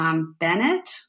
Bennett